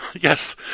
Yes